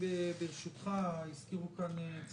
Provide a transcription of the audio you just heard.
ברשותך, הזכירו פה